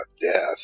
death